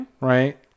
right